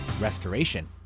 Restoration